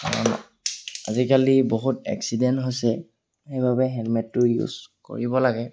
আজিকালি বহুত এক্সিডেণ্ট হৈছে সেইবাবে হেলমেটটো ইউজ কৰিব লাগে